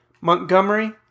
Montgomery